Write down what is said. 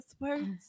words